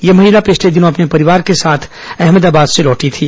यह महिला पिछले दिनों अपने परिवार के साथ अहमदाबाद से लौटी थी